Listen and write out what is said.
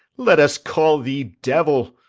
let us call thee devil!